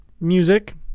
music